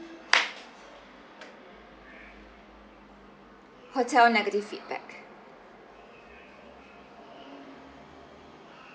hotel negative feedback